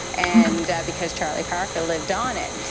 and because charlie parker lived on it.